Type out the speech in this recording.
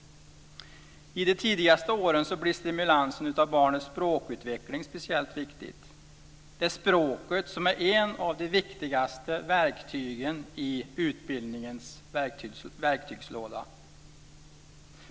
I de tidigaste åren blir stimulansen av barnets språkutveckling speciellt viktig. Det är språket som är ett av de viktigaste verktygen i utbildningens verktygslåda.